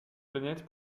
planète